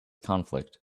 conflict